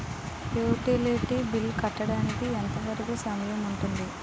Utility bill కట్టడానికి ఎంత వరుకు సమయం ఉంటుంది?